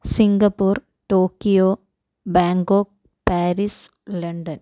Singapore Tokyo Bangkok Paris London